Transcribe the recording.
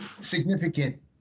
significant